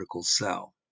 cell